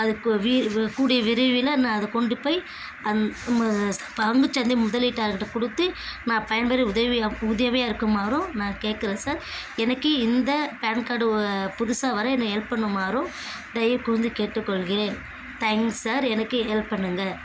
அதுக்கு வீ கூடிய விரைவில் நான் அதை கொண்டு போய் அந் பங்குச்சந்தை முதலீட்டாளர்கிட்ட கொடுத்து நான் பயன்பெற உதவி உதவியாக இருக்குமாறும் நான் கேட்குறேன் சார் எனக்கு இந்த பேன் கார்டு புதுசாக வர்ற என்னை ஹெல்ப் பண்ணுமாறும் தயவுக்கூர்ந்து கேட்டுக்கொள்கிறேன் தேங்க்ஸ் சார் எனக்கு ஹெல்ப் பண்ணுங்கள்